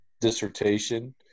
dissertation